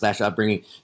upbringing